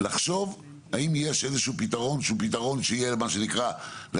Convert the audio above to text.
האם יש איזשהו פתרון שהוא פתרון שיהיה - בסבב